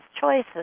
choices